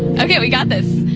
okay, we got this.